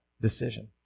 decision